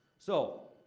so,